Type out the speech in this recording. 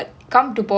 mm